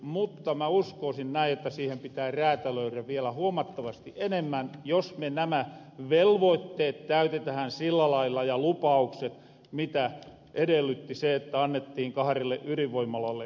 mutta mä uskoosin näin että siihen pitää räätälöirä vielä huomattavasti enemmän jos me nämä velvoitteet ja lupaukset täytetähän sillä lailla mitä edellytti se että annettiin kahrelle yrinvoimalalle lupa